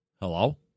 Hello